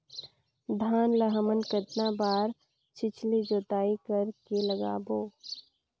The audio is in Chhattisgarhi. धान ला हमन कतना बार छिछली जोताई कर के लगाबो?